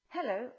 Hello